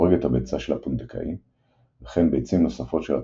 הורג את הביצה של הפונדקאי,